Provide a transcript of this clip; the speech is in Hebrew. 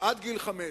עד גיל חמש,